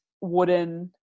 wooden